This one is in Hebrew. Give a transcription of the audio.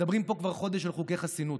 מדברים פה כבר חודש על חוקי חסינות,